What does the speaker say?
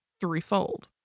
threefold